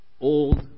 old